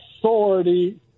authority